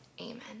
Amen